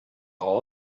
all